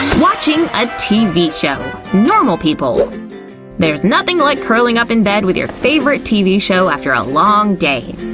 watching a tv show normal people there's nothing like curling up in bed with your favorite tv show after a long day.